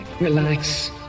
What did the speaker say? relax